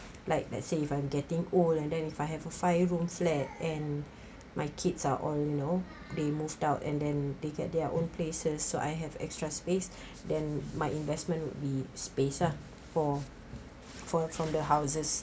like let's say if I'm getting old and then if I have a five room flat and my kids are all you know they moved out and then they get their own places so I have extra space then my investment would be space ah for for from the houses